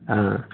हाँ